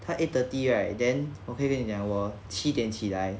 他 eight thirty right then 我可以跟你讲我七点起来